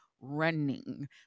running